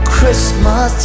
Christmas